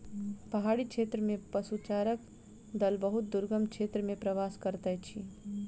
पहाड़ी क्षेत्र में पशुचारणक दल बहुत दुर्गम क्षेत्र में प्रवास करैत अछि